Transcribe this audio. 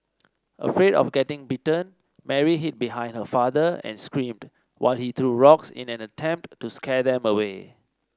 afraid of getting bitten Mary hid behind her father and screamed while he threw rocks in an attempt to scare them away